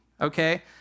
okay